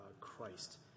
Christ